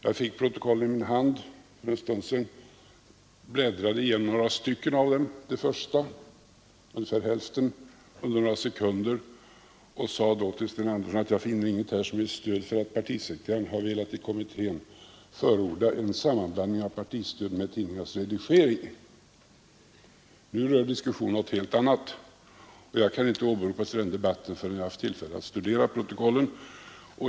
Jag fick protokollen i min hand för en stund sedan, bläddrade igenom några av dem, ungefär hälften, på några sekunder och sade då till herr Sten Andersson att jag inte fann något som stöd för att partisekreteraren har velat i kommittén förorda en sammanblandning av partistödet och tidningarnas redigering. Nu rör diskussionen någonting helt annat och jag kan inte åberopas i den debatten förrän jag haft tillfälle att studera protokollen.